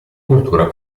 cultura